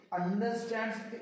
understands